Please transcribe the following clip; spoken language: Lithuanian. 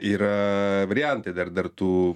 yra variantai dar dar tų